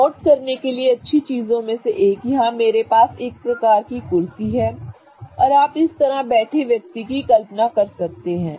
note करने के लिए अच्छी चीजों में से एक यहां मेरे पास एक प्रकार की कुर्सी है और आप इस तरह बैठे व्यक्ति की कल्पना कर सकते हैं